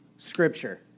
Scripture